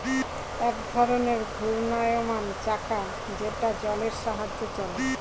এক ধরনের ঘূর্ণায়মান চাকা যেটা জলের সাহায্যে চলে